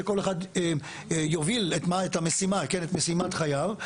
שכל אחד יוביל את משימת חייו.